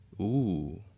Ooh